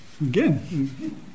again